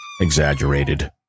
exaggerated